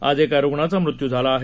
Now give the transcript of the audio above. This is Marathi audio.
आज एका रुग्णाचा मृत्यू झाला आहे